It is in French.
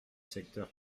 secteur